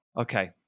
Okay